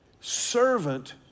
Servant